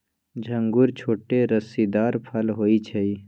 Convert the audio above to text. इंगूर छोट रसीदार फल होइ छइ